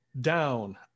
down